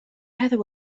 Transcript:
heather